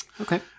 Okay